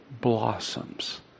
blossoms